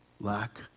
lack